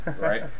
right